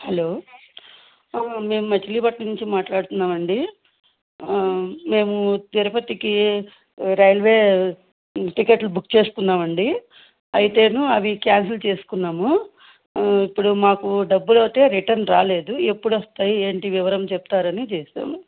hello మేము మచిలీపట్నం నుంచి మాట్లాడుతున్నామండి మేము తిరుపతికి రైల్వే టిక్కెట్లు బుక్ చేసుకున్నామండి అయితే అవి క్యాన్సిల్ చేసుకున్నాము ఇప్పుడు మాకు డబ్బులయితే రిటర్న్ రాలేదు ఎప్పుడొస్తాయి ఏంటి వివరం చెప్తారని చేశాము